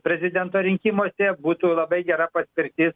prezidento rinkimuose būtų labai gera patirtis